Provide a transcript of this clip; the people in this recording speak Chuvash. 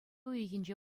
уйӑхӗнче